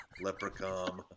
leprechaun